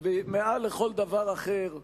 מעל לכל דבר אחר,